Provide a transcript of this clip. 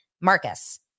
Marcus